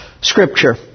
scripture